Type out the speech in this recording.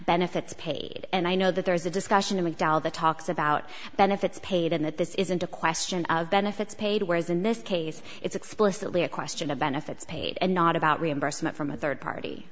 benefits paid and i know that there is a discussion in the dow the talks about benefits paid and that this isn't a question of benefits paid whereas in this case it's explicitly a question of benefits paid and not about reimbursement from a third party